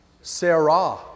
Sarah